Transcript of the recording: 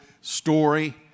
story